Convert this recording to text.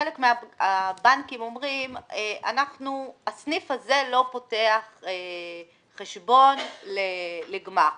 שחלק מהבנקים אומרים: הסניף זה לא פותח חשבון לגמ"ח,